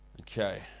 Okay